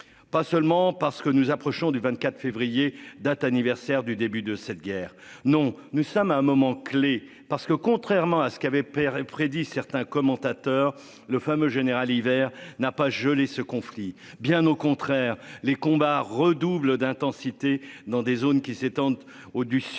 Pas seulement parce que nous approchons du 24 février, date anniversaire du début de cette guerre. Non, nous sommes à un moment clé parce que contrairement à ce qui avait et prédisent certains commentateurs le fameux général hiver n'a pas gelé ce conflit, bien au contraire les combats redoublent d'intensité dans des zones qui s'étendent au du sud